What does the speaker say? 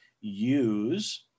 use